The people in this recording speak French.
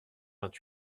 vingt